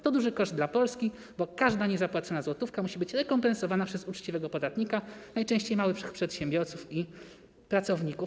To duży koszt dla Polski, bo każda niezapłacona złotówka musi być rekompensowana przez uczciwego podatnika, najczęściej przez małych przedsiębiorców i pracowników.